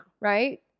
Right